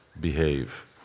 behave